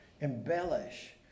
embellish